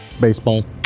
Baseball